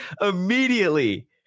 immediately